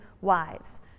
wives